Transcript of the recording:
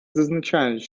зазначають